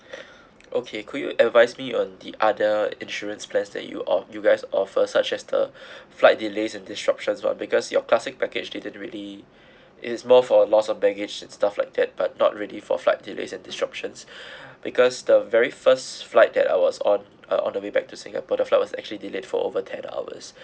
okay could you advise me on the other insurance plan that you off~ you guys offer such as the flight delays and disruptions [one] because your classic package didn't really it is more for loss of baggage and stuff like that but not really for flight delays and disruptions because the very first flight that I was on uh on the way back to singapore the flight actually delayed for over ten hours